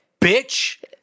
bitch